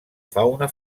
fauna